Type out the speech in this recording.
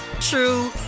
true